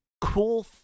cool